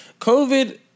COVID